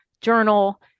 journal